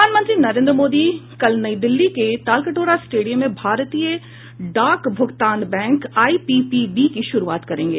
प्रधानमंत्री नरेन्द्र मोदी कल नई दिल्ली के तालकटोरा स्टेडियम में भारतीय डाक भुगतान बैंक आईपीपीबी की शुरूआत करेंगे